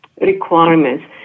requirements